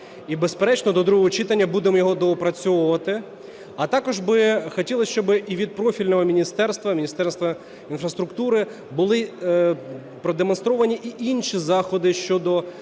І, безперечно, до другого читання будемо його доопрацьовувати. А також би хотілось, щоби і від профільного міністерства, Міністерства інфраструктури, були продемонстровані і інші заходи щодо